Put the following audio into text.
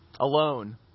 alone